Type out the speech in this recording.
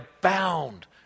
bound